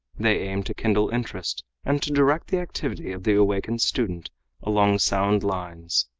they aim to kindle interest and to direct the activity of the awakened student along sound lines.